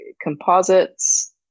composites